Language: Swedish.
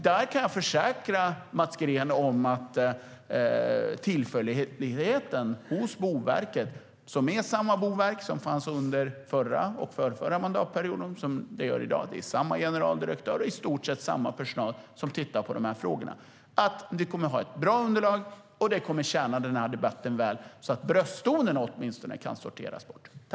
Jag kan därför försäkra Mats Green om tillförlitligheten hos Boverket - det är samma boverk som fanns under den förra och den förrförra mandatperioden som i dag, det är samma generaldirektör och i stort sett samma personal som tittar på dessa frågor - och att vi kommer att ha ett bra underlag. Det kommer att tjäna denna debatt väl, så att åtminstone brösttonerna kan sorteras bort.